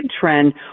trend